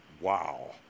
Wow